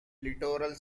littoral